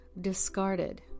discarded